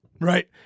right